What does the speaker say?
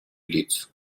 лиц